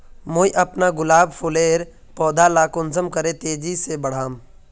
मुई अपना गुलाब फूलेर पौधा ला कुंसम करे तेजी से बढ़ाम?